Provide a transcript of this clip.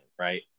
right